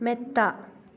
മെത്ത